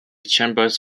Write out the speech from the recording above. chambers